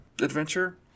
adventure